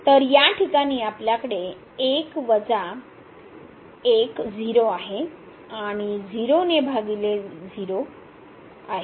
तर या ठिकाणी आपल्याकडे 1 वजा 1 0 आहे आणि 0 ने भागिले 0 आहे